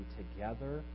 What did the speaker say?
together